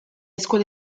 scuole